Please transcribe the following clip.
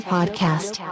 Podcast